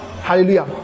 Hallelujah